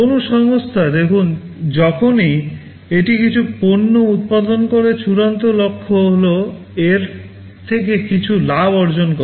কোনও সংস্থা দেখুন যখনই এটি কিছু পণ্য উত্পাদন করে চূড়ান্ত লক্ষ্য হল এর থেকে কিছু লাভ অর্জন করা